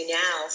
now